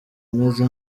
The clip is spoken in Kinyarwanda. ameze